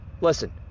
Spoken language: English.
Listen